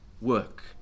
work